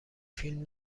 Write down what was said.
فیلم